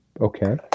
Okay